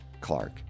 Clark